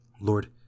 Lord